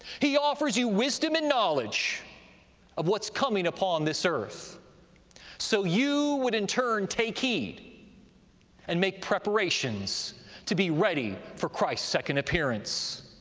he offers you wisdom and knowledge of what's coming upon this earth so you would in turn take heed and make preparations to be ready for christ's second appearance.